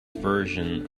version